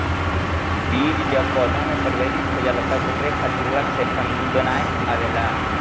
बीज जब पौधा में परिवर्तित हो जाला तब ओकरे खातिर अलग से फंफूदनाशक आवेला